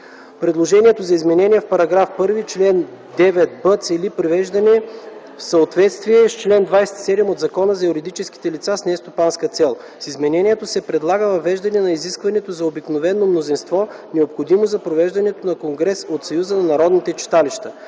Предложението за изменение в § 1, чл. 9б цели привеждане в съответствие с чл. 27 от Закона за юридическите лица с нестопанска цел. С измененията се предлага въвеждане на изискването за обикновено мнозинство, необходимо за провеждането на конгрес от Съюза на народните читалища.